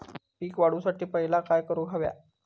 पीक वाढवुसाठी पहिला काय करूक हव्या?